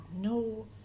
no